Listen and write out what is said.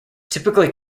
typically